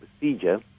procedure